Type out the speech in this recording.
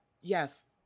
Yes